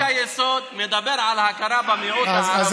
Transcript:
חוק-היסוד מדבר על הכרה במיעוט הערבי כמיעוט לאומי,